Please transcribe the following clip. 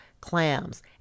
clams